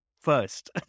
first